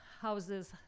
houses